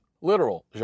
literal